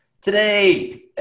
today